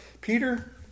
Peter